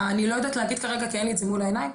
אני לא יודעת להגיד כרגע כי אין לי את זה מול העיניים.